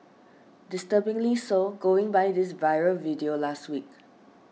disturbingly so going by this viral video last week